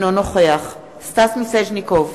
אינו נוכח סטס מיסז'ניקוב,